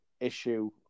issue